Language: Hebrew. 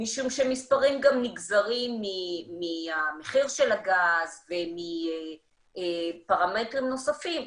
משום שמספרים גם נגזרים מהמחיר של הגז ומפרמטרים נוספים,